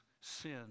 sin